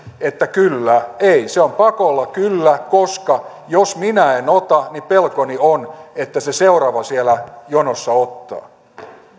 kyllä ei se on pakolla kyllä koska jos minä en ota niin pelkoni on että se seuraava siellä jonossa ottaa